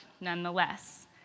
nonetheless